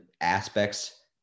aspects